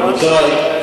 רבותי,